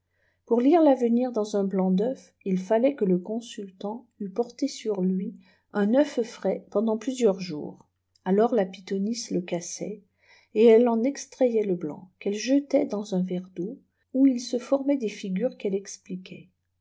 pour lire l'avenir dans un blanc d'œuf il fallait que le consultant eût porté sur lui un œuf frais pendant plusieurs jours alors la pythonisse le cassait elle en extrayait le blanc rqu elle jetait dans un verre d'eau où il se formait des figures quelle expliquait